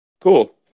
cool